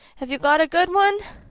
have you got a good one?